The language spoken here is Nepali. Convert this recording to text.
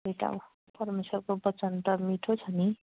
त्यही त अब परमेश्वरको वचन त मिठो छ नि